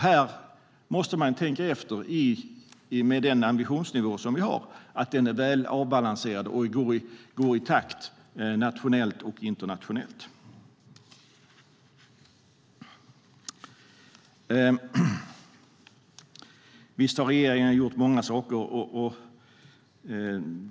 Här måste man tänka efter så att den ambitionsnivå vi har är väl balanserad och går i takt nationellt och internationellt. Visst har regeringen gjort många saker.